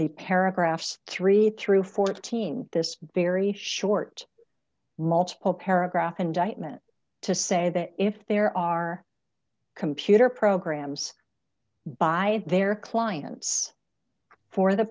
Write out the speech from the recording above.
the paragraphs three through fourteen this very short multiple paragraph and i meant to say that if there are computer programs by their clients for the